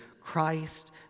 Christ